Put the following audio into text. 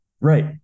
Right